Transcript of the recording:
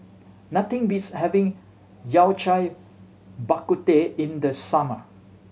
nothing beats having Yao Cai Bak Kut Teh in the summer